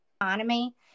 economy